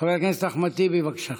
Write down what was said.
חבר הכנסת אחמד טיבי, בבקשה.